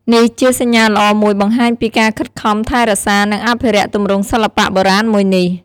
នេះជាសញ្ញាល្អមួយបង្ហាញពីការខិតខំថែរក្សា និងអភិរក្សទម្រង់សិល្បៈបុរាណមួយនេះ។